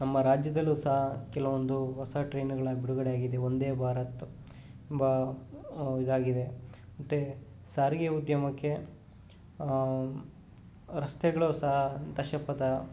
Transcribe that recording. ನಮ್ಮ ರಾಜ್ಯದಲ್ಲೂ ಸಹ ಕೆಲವೊಂದು ಹೊಸ ಟ್ರೈನ್ಗಳ ಬಿಡುಗಡೆಯಾಗಿದೆ ವಂದೇ ಭಾರತ್ ಎಂಬ ಇದಾಗಿದೆ ಮತ್ತು ಸಾರಿಗೆ ಉದ್ಯಮಕ್ಕೆ ರಸ್ತೆಗಳು ಸಹ ದಶಪಥ